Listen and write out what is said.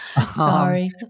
Sorry